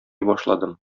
башладым